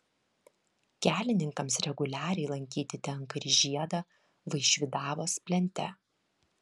kelininkams reguliariai lankyti tenka ir žiedą vaišvydavos plente